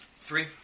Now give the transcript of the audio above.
Three